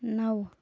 نَو